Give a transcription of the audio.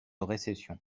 récession